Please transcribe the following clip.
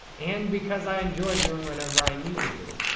and, because i enjoy doing whatever i need to do.